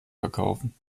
verkaufen